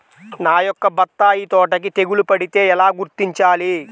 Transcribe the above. నా యొక్క బత్తాయి తోటకి తెగులు పడితే ఎలా గుర్తించాలి?